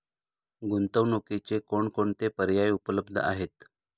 गुंतवणुकीचे कोणकोणते पर्याय उपलब्ध आहेत?